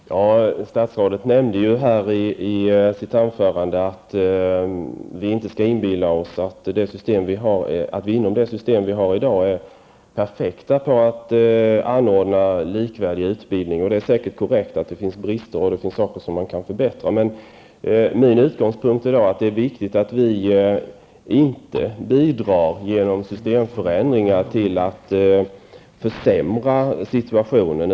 Fru talman! Statsrådet nämnde här i sitt anförande att vi inte skall inbilla oss att vi inom det system som vi har i dag är perfekta på att anordna likvärdig utbildning. Det är säkerligen korrekt att det finns brister och saker som man kan förbättra, men min utgångspunkt är då att det är viktigt att vi inte bidrar genom systemförändringar till att försämra situationen.